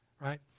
right